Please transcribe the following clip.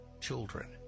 children